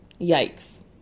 yikes